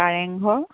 Kareng Ghar